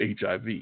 HIV